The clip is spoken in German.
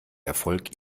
erfolg